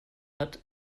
hat